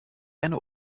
eine